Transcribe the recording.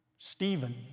Stephen